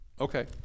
Okay